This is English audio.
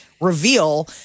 reveal